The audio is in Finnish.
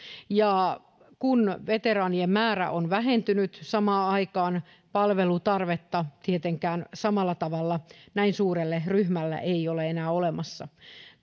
kun veteraanien määrä on vähentynyt samaan aikaan palvelutarvetta tietenkään samalla tavalla näin suurelle ryhmälle ei ole enää olemassa